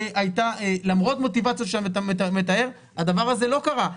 למרות המוטיבציה שאתה מתאר הדבר הזה לא קרה,